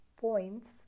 points